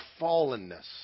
fallenness